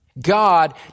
God